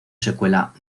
secuela